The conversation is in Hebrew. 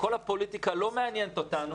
כל הפוליטיקה לא מעניינת אותנו.